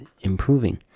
improving